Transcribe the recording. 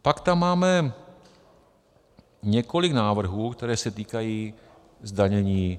Pak tam máme několik návrhů, které se týkají zdanění hazardu.